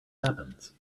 happens